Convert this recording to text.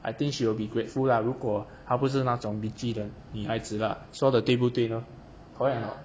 I think she will be grateful lah 如果她不是那种 bitchy 的女孩子啦说的对不对吗 correct or not